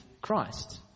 Christ